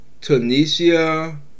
Tunisia